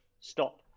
stop